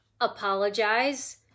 apologize